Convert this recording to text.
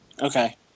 Okay